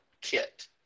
kit